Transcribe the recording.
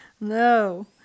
No